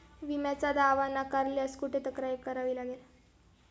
विम्याचा दावा नाकारल्यास कुठे तक्रार करावी लागेल?